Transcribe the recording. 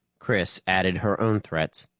chris added her own threats.